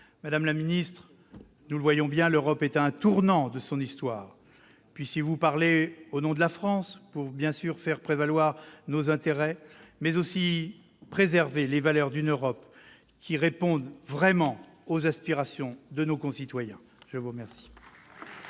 Madame la secrétaire d'État, nous le voyons bien, l'Europe est à un tournant de son histoire. Puissiez-vous parler au nom de la France pour faire prévaloir nos intérêts, mais aussi pour préserver les valeurs d'une Europe qui réponde vraiment aux aspirations de nos concitoyens ! La parole